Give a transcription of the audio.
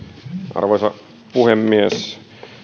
arvoisa puhemies